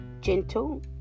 gentle